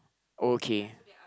okay